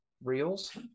reels